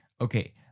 Okay